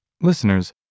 Listeners